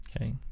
Okay